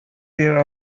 there